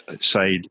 side